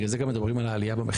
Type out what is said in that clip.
בגלל זה מדברים גם על העלייה במחיר,